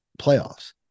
playoffs